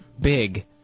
big